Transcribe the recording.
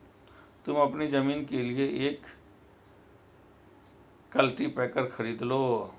तुम अपनी जमीन के लिए एक कल्टीपैकर खरीद लो